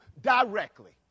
directly